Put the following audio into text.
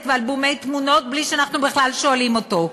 ואלבומי תמונות בלי שאנחנו בכלל שואלים אותו,